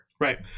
Right